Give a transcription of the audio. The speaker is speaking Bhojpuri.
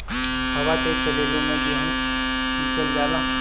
हवा तेज चलले मै गेहू सिचल जाला?